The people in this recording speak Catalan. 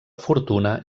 fortuna